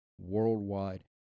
worldwide